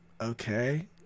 okay